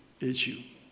issue